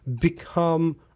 become